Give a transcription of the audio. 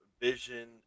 vision